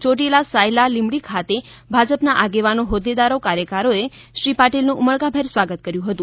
યોટીલાસાયલાલિબડી ખાતે ભાજપના આગેવાનો હોદેદારો કાર્યકરોએ શ્રી પાટીલનું ઉમળકાભેર સ્વાગત કર્યું હતું